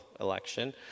Election